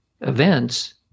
events